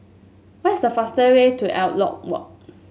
what is the fastest way to Elliot Walk